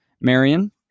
Marion